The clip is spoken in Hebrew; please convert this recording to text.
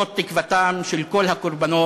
זאת תקוותם של כל הקורבנות,